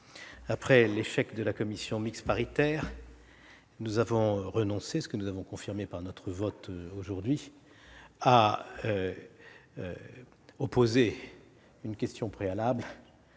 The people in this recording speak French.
Après l'échec de la commission mixte paritaire, nous avons renoncé, ce que nous avons confirmé par notre vote aujourd'hui,à adopter une motion tendant